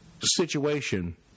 situation